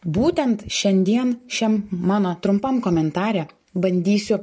būtent šiandien šiam mano trumpam komentare bandysiu